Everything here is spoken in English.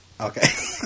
Okay